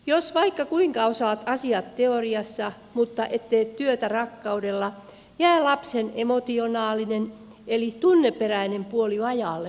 jos vaikka kuinka osaat asiat teoriassa mutta et tee työtä rakkaudella jää lapsen emotionaalinen eli tunneperäinen puoli vajaalle huomiolle